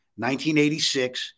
1986